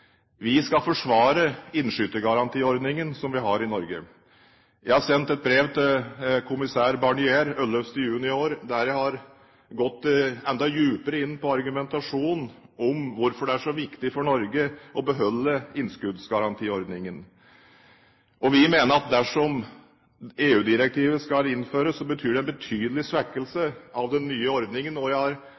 Vi skal forsvare innskytergarantiordningen som vi har i Norge. Jeg har sendt et brev til kommissær Barnier den 11. juni i år, der jeg har gått enda dypere inn på argumentasjonen om hvorfor det er så viktig for Norge å beholde innskuddsgarantiordningen. Vi mener at dersom EU-direktivet skal innføres, betyr det en betydelig svekkelse av den nye ordningen. Jeg har